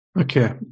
Okay